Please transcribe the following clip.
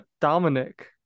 dominic